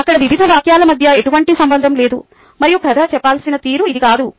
అక్కడ వివిధ వాక్యాల మధ్య ఎటువంటి సంబంధం లేదు మరియు కధ చెప్పాల్సిన తీరు ఇది కాదు